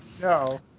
No